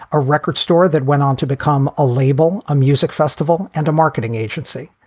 a record store that went on to become a label, a music festival and a marketing agency.